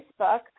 Facebook